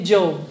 Job